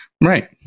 Right